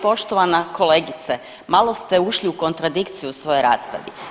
Poštovana kolegice malo ste ušli u kontradikciju u svojoj raspravi.